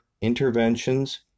interventions